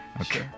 Okay